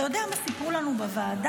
אתה יודע מה סיפור לנו בוועדה?